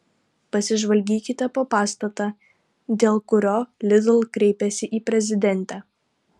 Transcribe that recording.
pasižvalgykite po pastatą dėl kurio lidl kreipėsi į prezidentę